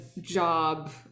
job